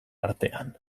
artean